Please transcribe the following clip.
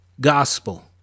gospel